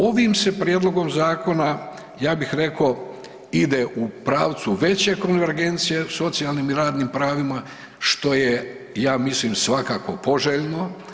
Ovim se prijedlogom zakona ja bih rekao ide u pravcu veće konvergencije socijalnim i radnim pravima što je ja mislim svakako poželjno.